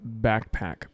backpack